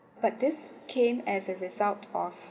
but this came as a result of